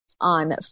on